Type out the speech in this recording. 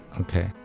okay